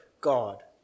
God